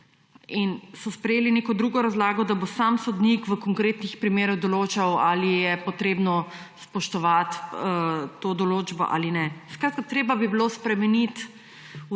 in so sprejeli neko drugo razlago, da bo sam sodnik v konkretnih primerih določal, ali je potrebno spoštovati to določbo ali ne. Skratka, treba bi bilo spremenit